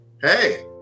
hey